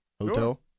hotel